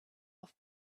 off